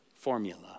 formula